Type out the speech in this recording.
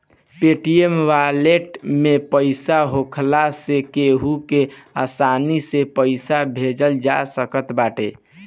Paytm wallet में पईसा होखला से केहू के आसानी से पईसा भेजल जा सकत बाटे